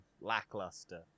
lackluster